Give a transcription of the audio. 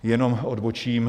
Jenom odbočím.